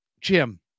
Jim